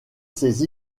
ses